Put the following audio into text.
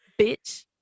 bitch